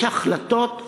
יש החלטות,